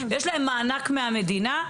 יש להם מענק מהמדינה,